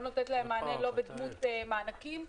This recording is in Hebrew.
לא בדמות מענקים,